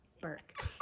Burke